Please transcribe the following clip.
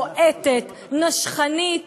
בועטת, נשכנית,